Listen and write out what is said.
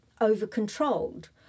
over-controlled